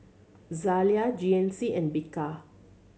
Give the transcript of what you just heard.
Zalia G N C and Bika